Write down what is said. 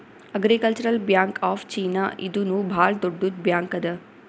agricultural bank of China ಇದೂನು ಭಾಳ್ ದೊಡ್ಡುದ್ ಬ್ಯಾಂಕ್ ಅದಾ